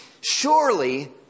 Surely